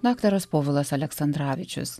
daktaras povilas aleksandravičius